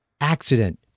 accident